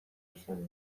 izan